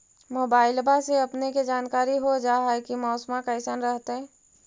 मोबाईलबा से अपने के जानकारी हो जा है की मौसमा कैसन रहतय?